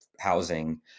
housing